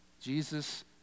Jesus